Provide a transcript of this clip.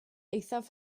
eithaf